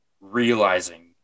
realizing